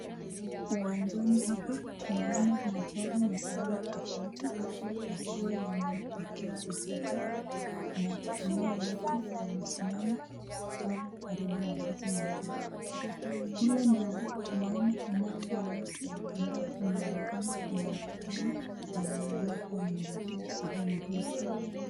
Uwanjani hapa tunaona magari ya aina tofauti yakiwa yameegeshwa hapa na kunao watu wamesimama pale karibu na hizi magari. Pale mbele tunaona umati wa watu ambao unaonekana kuna na mkutano na wenye gari wanaelekea sehemu hiyo.